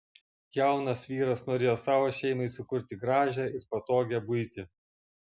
jaunas vyras norėjo savo šeimai sukurti gražią ir patogią buitį